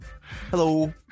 Hello